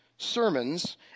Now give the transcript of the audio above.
sermons